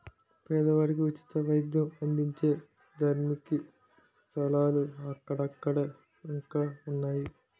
పేదవారికి ఉచిత వైద్యం అందించే ధార్మిక సంస్థలు అక్కడక్కడ ఇంకా ఉన్నాయి